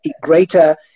greater